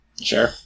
Sure